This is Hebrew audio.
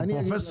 פרופ',